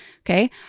Okay